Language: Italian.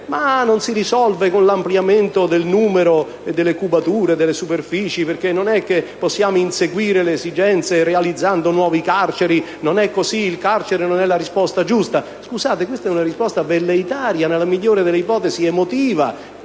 nulla si risolve con l'ampliamento del numero delle carceri, delle cubature e delle superfici perché non possiamo inseguire le esigenze realizzando nuove carceri, e che il carcere non è la risposta giusta. Questa è una risposta velleitaria, nella migliore delle ipotesi emotiva,